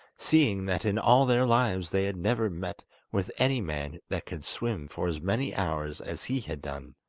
seeing that in all their lives they had never met with any man that could swim for as many hours as he had done.